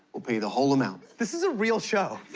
we'll pay the whole amount. this is a real show.